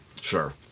Sure